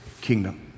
kingdom